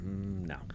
No